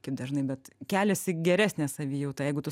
kaip dažnai bet kelias į geresnę savijautą jeigu tu